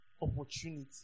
opportunity